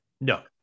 No